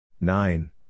nine